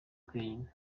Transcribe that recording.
twenyine